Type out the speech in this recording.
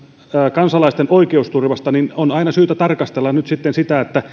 kansalaisten oikeusturvasta niin on aina syytä tarkastella nyt sitä